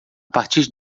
partir